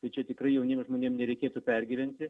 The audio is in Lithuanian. tai čia tikrai jauniem žmonėm nereikėtų pergyventi